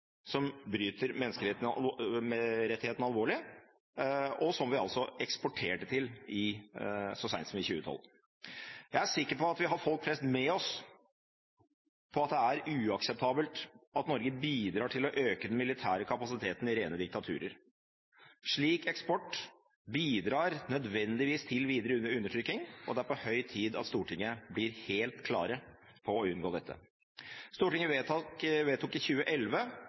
som bryter menneskerettighetene alvorlig, og som vi altså eksporterte til så sent som i 2012 Jeg er sikker på at vi har folk flest med oss på at det er uakseptabelt at Norge bidrar til å øke den militære kapasiteten i rene diktaturer. Slik eksport bidrar nødvendigvis til videre undertrykking, og det er på høy tid at Stortinget blir helt klare på å unngå dette. Stortinget vedtok i 2011